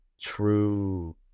true